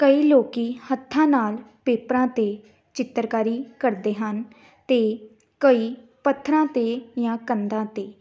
ਕਈ ਲੋਕ ਹੱਥਾਂ ਨਾਲ ਪੇਪਰਾਂ 'ਤੇ ਚਿੱਤਰਕਾਰੀ ਕਰਦੇ ਹਨ ਅਤੇ ਕਈ ਪੱਥਰਾਂ 'ਤੇ ਜਾਂ ਕੰਧਾਂ 'ਤੇ